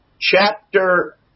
chapter